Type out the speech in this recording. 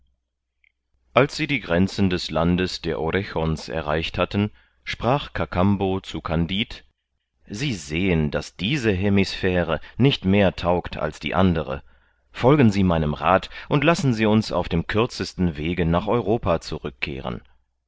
als sie die grenzen des landes der orechon's erreicht hatten sprach kakambo zu kandid sie sehen daß diese hemisphäre nicht mehr taugt als die andere folgen sie meinem rath und lassen sie uns auf dem kürzesten wege nach europa zurückkehren